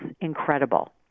incredible